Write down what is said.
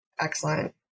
Excellent